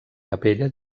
capella